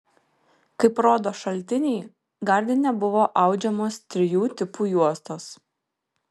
kaip rodo šaltiniai gardine buvo audžiamos trijų tipų juostos